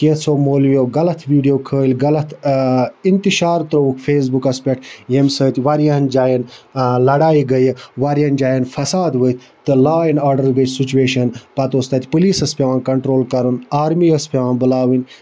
کینٛژھو مولوِیو غلَط ویٖڈیو کھٲلۍ غلط اِنتِشار ترٛووُکھ فیسبُکَس پٮ۪ٹھ ییٚمہِ سۭتۍ واریاہَن جایَن لَڑایہِ گٔیہِ واریاہَن جایَن فساد ؤتھۍ تہٕ لا اینڈ آرڈَر گٔے سُچویشَن پَتہٕ اوس تَتہِ پُلیٖسَس پٮ۪وان کَنٹرول کَرُن آرمی ٲس پٮ۪وان بُلاوٕنۍ